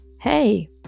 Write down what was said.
Hey